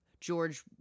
George